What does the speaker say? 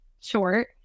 short